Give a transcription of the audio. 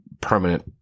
permanent